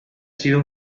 sido